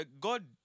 god